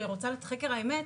שרוצה את חקר האמת.